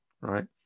right